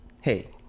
hey